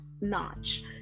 notch